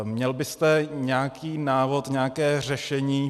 Měl byste nějaký návod, nějaké řešení?